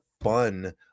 fun